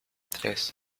tres